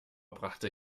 brachte